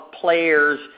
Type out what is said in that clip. players